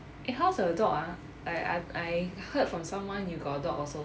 eh how's your dog ah I I I heard from someone you got a dog also